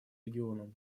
регионом